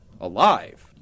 alive